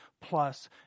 plus